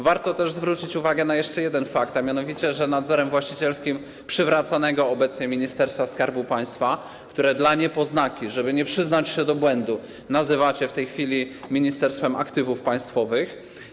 Warto też zwrócić uwagę na jeszcze jeden fakt, a mianowicie że nadzorem właścicielskim przywracanego obecnie Ministerstwa Skarbu Państwa, które dla niepoznaki, żeby nie przyznać się do błędu, nazywacie w tej chwili Ministerstwem Aktywów Państwowych.